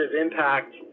impact